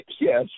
yes